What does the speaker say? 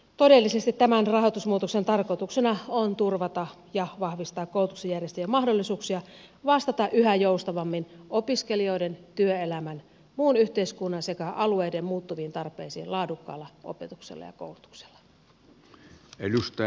todellisesti tämän rahoitusmuutoksen tarkoituksena on turvata ja vahvistaa koulutuksen järjestäjän mahdollisuuksia vastata yhä joustavammin opiskelijoiden työelämän muun yhteiskunnan sekä alueiden muuttuviin tarpeisiin laadukkaalla opetuksella ja koulutuksella